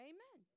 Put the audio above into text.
Amen